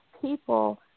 people